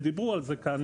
ודיברו על זה כאן,